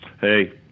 Hey